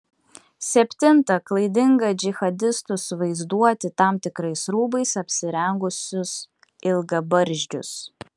septinta klaidinga džihadistus vaizduoti tam tikrais rūbais apsirengusius ilgabarzdžius